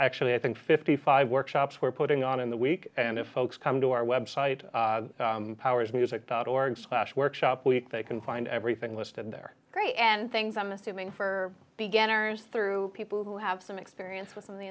actually i think fifty five workshops we're putting on in the week and if folks come to our website powers music dot org slash workshop week they can find everything listed there are great and things i'm assuming for beginners through people who have some experience with